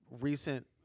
recent